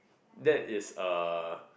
that is a